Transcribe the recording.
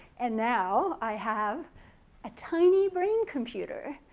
and now i have a tiny brain computer.